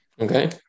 Okay